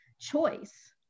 choice